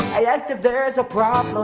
i asked if there's a problem,